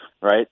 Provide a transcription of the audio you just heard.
right